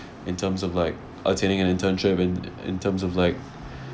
in terms of like attaining an internship and in in terms of like